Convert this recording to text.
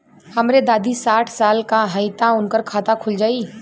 हमरे दादी साढ़ साल क हइ त उनकर खाता खुल जाई?